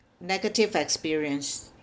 negative experience